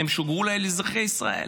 הם שוגרו לעבר אזרחי ישראל.